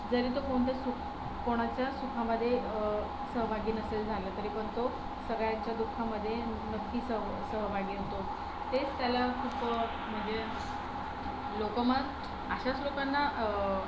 जरी तो कोणत्या सुक कोणाच्या सुखामध्ये सहभागी नसेल झाला तरी पण तो सगळ्यांच्या दुःखामध्ये नक्की सह सहभागी होतो तेच त्याला खूप म्हणजे लोकं मत अशाच लोकांना